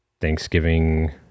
thanksgiving